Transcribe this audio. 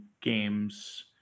games